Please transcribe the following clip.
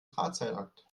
drahtseilakt